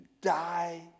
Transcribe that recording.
die